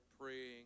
praying